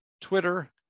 Twitter